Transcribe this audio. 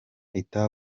ita